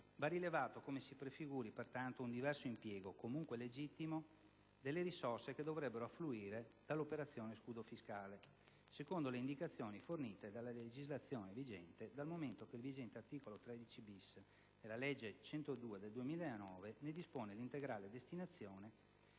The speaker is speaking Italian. va rilevato come si prefiguri pertanto un diverso impiego, comunque legittimo, delle risorse che dovrebbero affluire dall'operazione "scudo fiscale" secondo le indicazione fornite dalla legislazione vigente, dal momento che il vigente articolo 13‑*bis* della legge n. 102 del 2009 ne dispone l'integrale destinazione